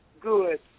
good